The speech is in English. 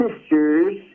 sisters